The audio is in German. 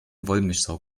wollmilchsau